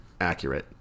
accurate